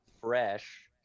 fresh